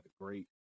great